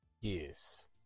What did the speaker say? Yes